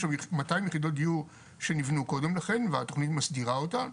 יש מאתיים יחידות דיור שנבנו קודם לכן והתכנית מסתירה אותה,